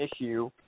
issue